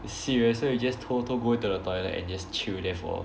serious so you just 偷偷 go to the toilet and just chill there for